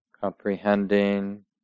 comprehending